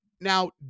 Now